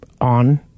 on